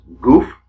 Goof